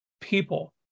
people